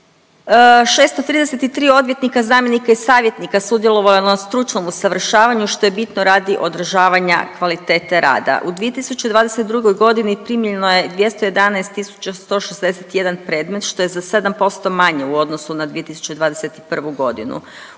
633 odvjetnika, zamjenika i savjetnika sudjelovalo je na stručnom usavršavanju, što je bitno radi održavanja kvalitete rada. U 2022. g. primljeno je 211 161 predmet, što je za 7% manje u odnosu na 2021. g.